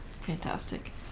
Fantastic